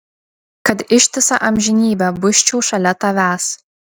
kad ištisą amžinybę busčiau šalia tavęs